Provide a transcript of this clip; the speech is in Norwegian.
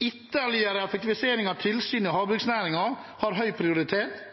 Ytterligere effektivisering av tilsyn i havbruksnæringen har høy prioritet,